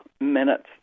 minutes